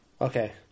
Okay